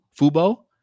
Fubo